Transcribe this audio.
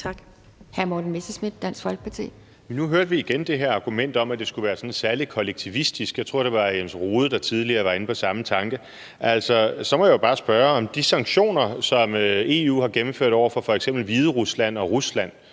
Nu hørte vi igen det her argument om, at det skulle være sådan særlig kollektivistisk. Jeg tror, det var hr. Jens Rohde, der tidligere var inde på samme tanke. Så må jeg jo bare spørge, om de sanktioner, som EU har gennemført over for f.eks. Hviderusland og Rusland,